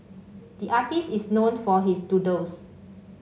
the artist is known for his doodles